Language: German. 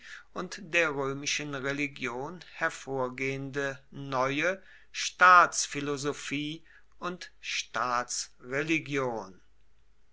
und der römischen religion hervorgehende neue staatsphilosophie und staatsreligion